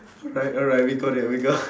alright alright we got it we got